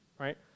right